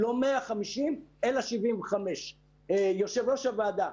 לא 150 אלא 75. יושב ראש הוועדה,